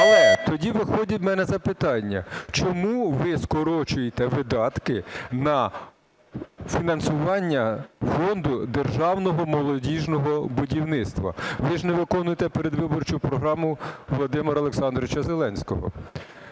Але тоді виходить у мене запитання: чому ви скорочуєте видатки на фінансування фонду державного молодіжного будівництва? Ви ж не виконуєте передвиборчу програму Володимира Олександровича Зеленського.